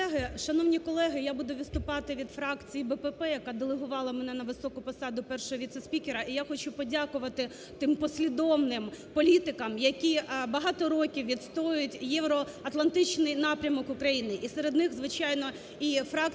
Шановні колеги, я буду виступати від фракції БПП, яка делегувала мене на високу посаду Першого віце-спікера. І я хочу подякувати тим послідовним політикам, які багато років відстоюють євроатлантичний напрямок України,